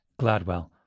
gladwell